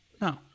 No